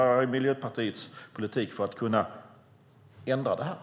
Vad är Miljöpartiets politik för att kunna ändra detta?